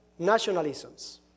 nationalisms